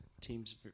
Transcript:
Teams